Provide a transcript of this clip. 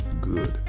good